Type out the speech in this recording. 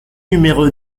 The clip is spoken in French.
numéro